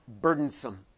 burdensome